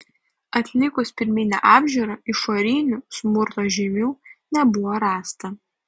atlikus pirminę apžiūrą išorinių smurto žymių nebuvo rasta